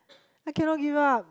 I cannot give up